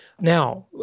Now